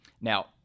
Now